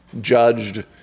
judged